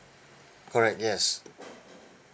correct yes